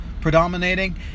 predominating